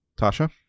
tasha